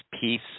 peace